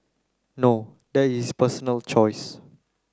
no that is personal choice